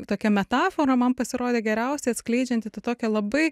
tokia metafora man pasirodė geriausiai atskleidžianti tą tokią labai